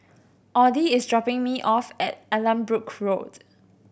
Audy is dropping me off at Allanbrooke Road